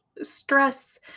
stress